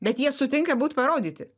bet jie sutinka būt parodyti